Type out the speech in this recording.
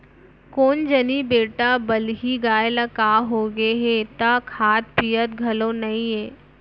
कोन जनी बेटा बलही गाय ल का होगे हे त खात पियत घलौ नइये